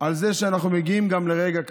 על זה שאנחנו מגיעים גם לרגע כזה.